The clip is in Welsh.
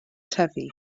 tyfu